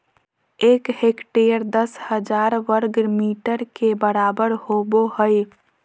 एक हेक्टेयर दस हजार वर्ग मीटर के बराबर होबो हइ